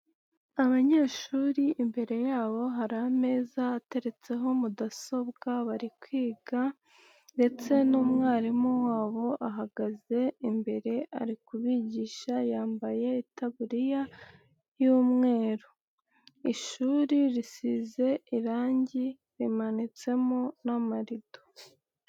Abanyeshuri imbere yabo hari ameza ateretseho mudasobwa, bari kwiga ndetse n'umwarimu wabo ahagaze imbere ari kubigisha yambaye itaburiya y'umweru, ishuri risize irange rimanitsemo n'amarido.